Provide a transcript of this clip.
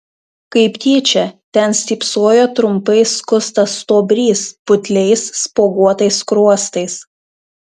kaip tyčia ten stypsojo trumpai skustas stuobrys putliais spuoguotais skruostais